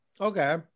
Okay